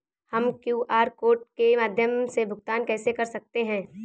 हम QR code के माध्यम से भुगतान कैसे कर सकते हैं?